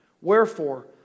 Wherefore